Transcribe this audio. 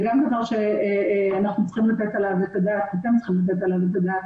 גם דבר שאתם צריכים לתת עליו את הדעת,